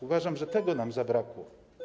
Uważam, że tego nam zabrakło.